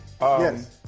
Yes